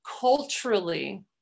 culturally